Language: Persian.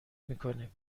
میکنیم